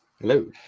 Hello